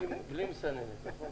בלי מסננת, נכון?